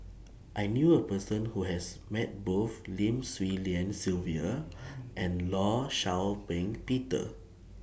I knew A Person Who has Met Both Lim Swee Lian Sylvia and law Shau Ping Peter